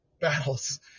battles